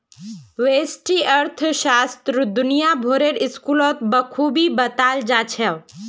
व्यष्टि अर्थशास्त्र दुनिया भरेर स्कूलत बखूबी बताल जा छह